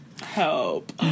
Help